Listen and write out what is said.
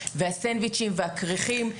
והסנדוויצ'ים והכריכים.